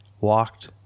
walked